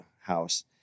house